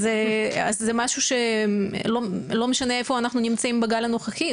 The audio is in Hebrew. אז זה משהו שלא משנה איפה אנחנו נמצאים בגל הנוכחי,